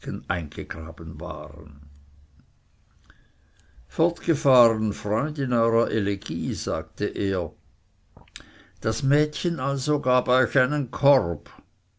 eingegraben waren fortgefahren freund in eurer elegie sagte er das mädchen also gab euch einen korb oder